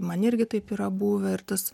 man irgi taip yra buvę ir tas